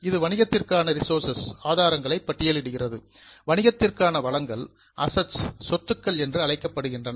இது வணிகத்திற்கான ரிசோர்சஸ் ஆதாரங்களை பட்டியலிடுகிறது வணிகத்திற்கான அந்த வளங்கள் அசட்ஸ் சொத்துக்கள் என அழைக்கப்படுகின்றன